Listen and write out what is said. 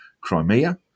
Crimea